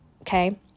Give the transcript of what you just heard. okay